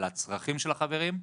על הצרכים של החברים,